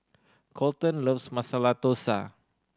Kolten loves Masala Dosa